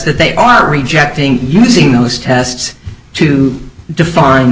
that they are rejecting using those tests to define